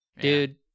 Dude